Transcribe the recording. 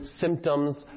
symptoms